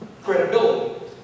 credibility